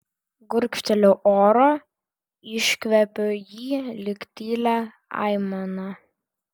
gurkšteliu oro iškvepiu jį lyg tylią aimaną